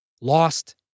lost